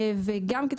כמו כן,